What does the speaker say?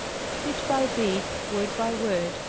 bit by bit, word by word,